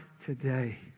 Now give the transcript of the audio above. today